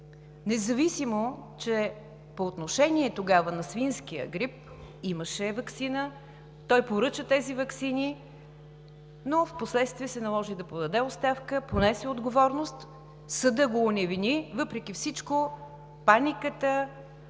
независимо че тогава по отношение на свинския грип имаше ваксина. Той поръча тези ваксини, но впоследствие се наложи да подаде оставка, понесе отговорност. Съдът го оневини! Въпреки всичко паниката,